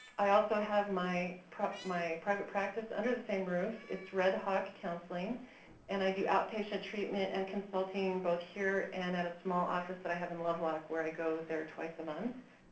i also have my private my private practice under the same roof, it's red hawk counseling and i do outpatient treatment and consulting both here and at a small office that i have in lovelock where i go there twice a month.